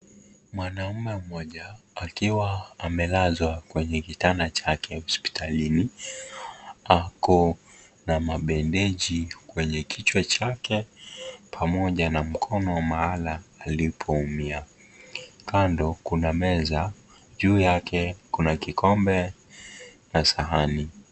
Mwanaume mmoja akiwa amelazwa kwenye kitanda chake hospitalini ako na mabendeji kwenye kichwa chake pamoja na mkono mahala alipoumia kando kuna meza juu yake kuna kikombe na sahani.